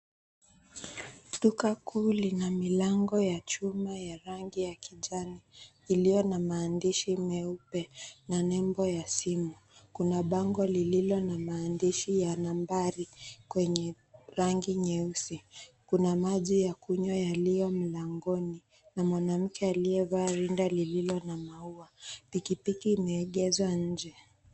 Duka kuu lina milango ya chuma ya rangi ya kijani iliyo na maandishi meupe na nembo ya simu. Kuna bango lililo na maandishi ya nambari kwenye rangi nyeusi. Kuna maji ya kunywa yaliyo mlangoni na mwanamke aliyevaa rinda lililo na maua. Pikipiki imeegezwa nje.